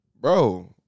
bro